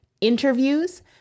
interviews